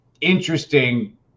interesting